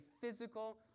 physical